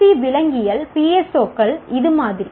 C விலங்கியல் PSO கள் இது மாதிரி